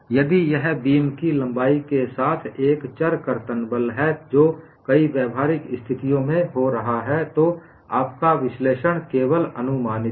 यदि यह बीम की लंबाई के साथ एक चर कर्तन बल है जो कई व्यावहारिक स्थितियों में हो रहा है तो आपका विश्लेषण केवल अनुमानित है